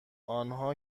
آنها